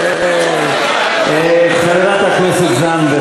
אם אין אופוזיציה, למה שטייניץ בא עם פיג'מה?